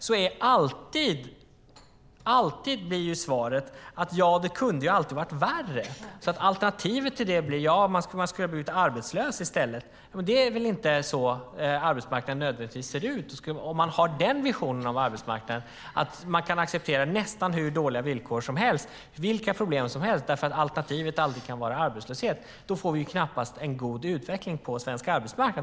Svaret blir alltid att det kunde ha varit värre, att alternativet vore att vara arbetslös i stället. Men det är väl inte nödvändigtvis så arbetsmarknaden ser ut? Om man har den visionen om arbetsmarknaden, att man kan acceptera nästan hur dåliga villkor som helst och vilka problem som helst därför att alternativet är arbetslöshet, då får vi knappast en god utveckling på svensk arbetsmarknad.